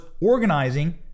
organizing